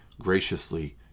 graciously